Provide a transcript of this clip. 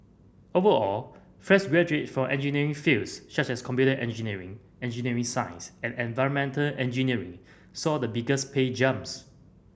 overall fresh graduates for engineering fields such as computer engineering engineering science and environmental engineering saw the biggest pay jumps